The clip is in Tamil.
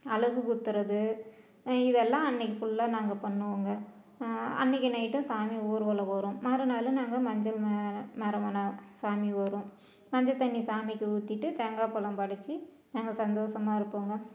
அலகு குத்துறது இதெல்லாம் அன்னைக்கு ஃபுல்லாக நாங்கள் பண்ணுவோங்க அன்னைக்கு நைட்டும் சாமி ஊர்வலம் வரும் மறுநாள் நாங்கள் மஞ்சள் நறுமணம் சாமி வரும் மஞ்ச தண்ணி சாமிக்கு ஊற்றிட்டு தேங்காய் பழம் படைச்சு நாங்கள் சந்தோசமாக இருப்பங்க